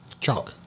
Chunk